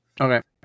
Okay